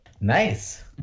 Nice